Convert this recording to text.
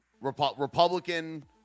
Republican